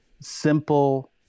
simple